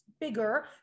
bigger